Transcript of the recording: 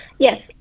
Yes